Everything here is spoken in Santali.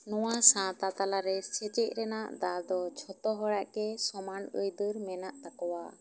ᱱᱚᱣᱟ ᱥᱟᱶᱛᱟ ᱛᱟᱞᱟ ᱨᱮ ᱥᱮᱪᱮᱫ ᱨᱮᱱᱟᱜ ᱫᱟᱣ ᱫᱚ ᱡᱷᱚᱛᱚ ᱦᱚᱲᱟᱜ ᱜᱮ ᱥᱚᱢᱟᱱ ᱟᱹᱭᱫᱟᱹᱨ ᱢᱮᱱᱟᱜ ᱛᱟᱠᱚᱣᱟ